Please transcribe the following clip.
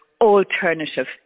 alternative